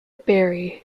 barry